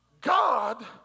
God